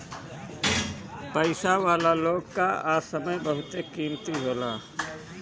पईसा वाला लोग कअ समय बहुते कीमती होला